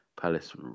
palace